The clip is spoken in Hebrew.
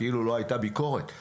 כאילו לא הייתה ביקורת,